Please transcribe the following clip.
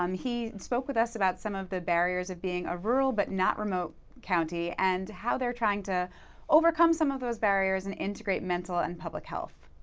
um he spoke with us about some of the barriers of being a rural but not remote county and how they're trying to overcome some of those barriers and integrate mental and public health.